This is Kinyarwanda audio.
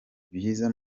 byiza